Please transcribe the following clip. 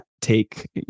take